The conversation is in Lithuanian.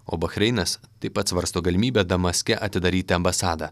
o bahreinas taip pat svarsto galimybę damaske atidaryti ambasadą